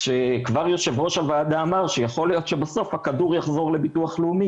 כשכבר יו"ר הוועדה אמר שיכול להיות שבסוף הכדור יחזור לביטוח לאומי